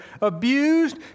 abused